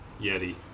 Yeti